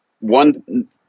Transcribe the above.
One